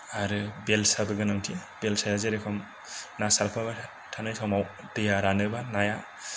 आरो बेलसाबो गोनांथि बेलसाया जेरखम ना सारफाबाय थानाय समाव दैआ रानोबा नाया